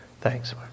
thanks